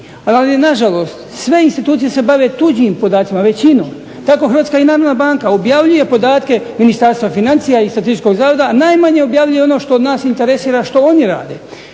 Ali na žalost sve institucije se bave tuđim podacima, većinom. Tako Hrvatska narodna banka objavljuje podatke Ministarstva financija i Statističkog zavoda, a najmanje objavljuje ono što nas interesira što oni rade